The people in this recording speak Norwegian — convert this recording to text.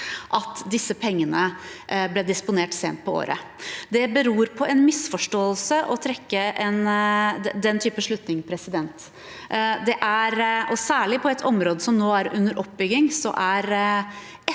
at disse pengene ble disponert sent på året. Det beror på en misforståelse å trekke den type slutning. Det er, særlig på et område som nå er under oppbygging,